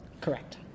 Correct